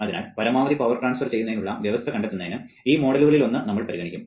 അതിനാൽ പരമാവധി power transfer ചെയ്യുന്നതിനുള്ള വ്യവസ്ഥ കണ്ടെത്തുന്നതിന് ഈ മോഡലുകളിലൊന്ന് നമ്മൾ പരിഗണിക്കും